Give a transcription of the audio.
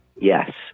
Yes